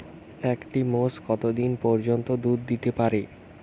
একটি মোষ কত দিন পর্যন্ত দুধ দিতে পারে?